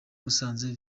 musanze